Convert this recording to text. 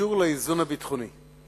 הקשור לאיזון הביטחוני.